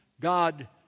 God